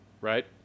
right